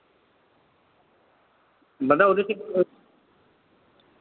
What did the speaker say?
मतलब ओह्दे